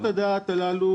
דעת שלכם?